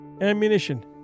ammunition